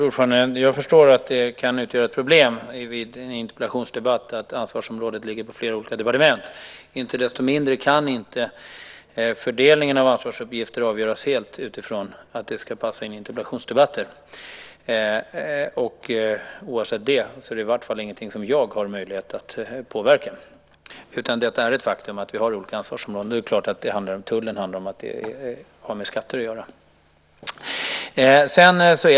Fru talman! Jag förstår att det kan utgöra ett problem vid en interpellationsdebatt att ansvarsområdet ligger på flera olika departement. Inte desto mindre kan fördelningen av ansvarsuppgifter inte avgöras helt utifrån att de ska passa in i interpellationsdebatter. Och oavsett det är det i varje fall ingenting som jag har möjlighet att påverka, utan det är ett faktum att vi har olika ansvarsområden. Och det är klart att tullen har med skatter att göra.